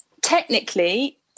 technically